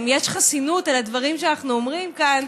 אם יש חסינות על הדברים שאנחנו אומרים כאן,